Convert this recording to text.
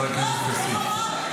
חבר הכנסת כסיף.